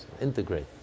integrate